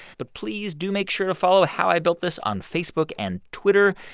but please do make sure to follow how i built this on facebook and twitter,